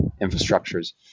infrastructures